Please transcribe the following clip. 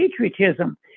patriotism